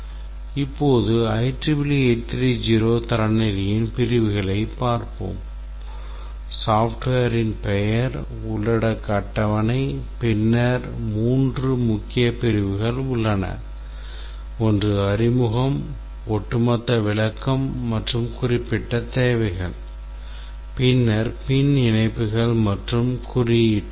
இப்போது IEEE 830 தரநிலையின் பிரிவுகளைப் பார்ப்போம் softwareன் பெயர் உள்ளடக்க அட்டவணை பின்னர் மூன்று முக்கிய பிரிவுகள் உள்ளன ஒன்று அறிமுகம் ஒட்டுமொத்த விளக்கம் மற்றும் குறிப்பிட்ட தேவைகள் பின்னர் பின் இணைப்புகள் மற்றும் குறியீட்டு